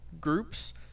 groups